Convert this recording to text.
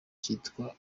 kitwa